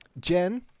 Jen